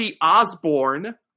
Osborne